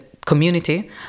community